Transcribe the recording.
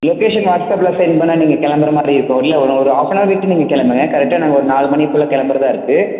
location வாட்ஸப்பில் send பண்ணால் நீங்கள் கிளம்புற மாதிரி இருக்கும் இல்லை ஒரு ஒரு ஹாஃப்னவர் விட்டு நீங்கள் கிளம்புங்க கரெக்டாக நாங்கள் ஒரு நாலு மணிக்குள்ளே கிளம்புறதா இருக்குது